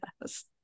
Yes